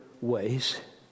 ways